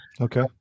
Okay